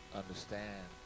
understand